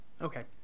Okay